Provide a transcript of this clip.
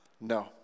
No